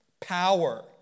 power